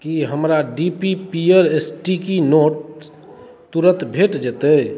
की हमरा D P पियर sticky notes तुरन्त भेट जेतै